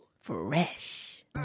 fresh